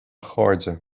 chairde